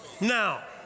now